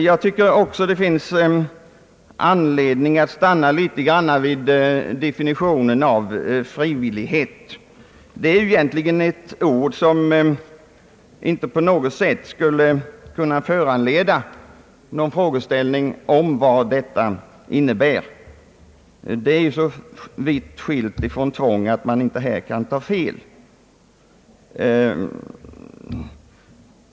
Jag tycker också att det finns anledning att stanna litet grand vid definitionen av frivilligheten. Det är egentligen ett ord som inte på något sätt skulle kunna föranleda någon tvekan om innebörden. Frivillighet är så vitt skilt från tvång att man inte kan ta fel.